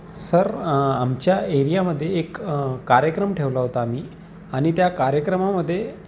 sir आमच्या एरियामध्ये एक कार्यक्रम ठेवला होता आम्ही आणि त्या कार्यक्रमामध्ये